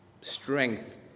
Strength